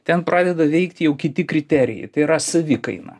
ten pradeda veikti jau kiti kriterijai tai yra savikaina